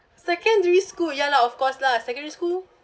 secondary school ya lah of course lah secondary school